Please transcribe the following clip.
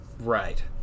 right